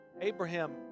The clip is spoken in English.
Abraham